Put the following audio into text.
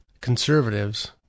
conservatives